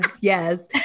yes